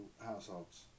households